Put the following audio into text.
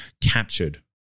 captured